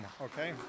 okay